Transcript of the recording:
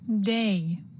Day